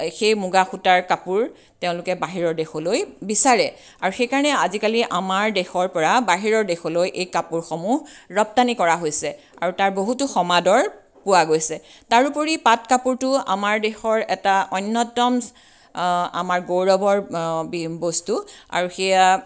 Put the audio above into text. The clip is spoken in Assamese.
সেই মুগাসূতাৰ কাপোৰ তেওঁলোকে বাহিৰৰ দেশলৈ বিচাৰে আৰু সেইকাৰণে আজিকালি আমাৰ দেশৰ পৰা বাহিৰৰ দেশলৈ এই কাপোৰসমূহ ৰপ্তানি কৰা হৈছে আৰু তাৰ বহুতো সমাদৰ পোৱা গৈছে তাৰোপৰি পাট কাপোৰটো আমাৰ দেশৰ এটা অন্যতম আমাৰ গৌৰৱৰ বি বস্তু আৰু সেয়া